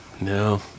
no